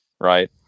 right